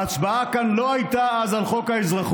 ההצבעה כאן לא הייתה אז על חוק האזרחות,